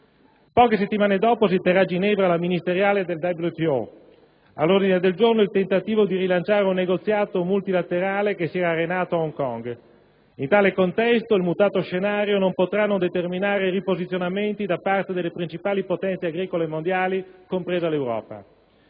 Poche settimane dopo, si terrà a Ginevra la Conferenza ministeriale del WTO; all'ordine del giorno il tentativo di rilanciare un negoziato multilaterale che si era arenato ad Hong Kong. In tale contesto, il mutato scenario non potrà non determinare riposizionamenti da parte delle principali potenze agricole mondiali, compresa l'Europa.